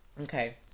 okay